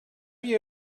you